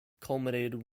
culminated